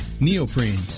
neoprene